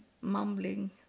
mumbling